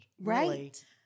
right